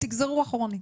תגזרו אחורנית.